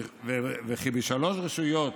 וכן, בשלוש רשויות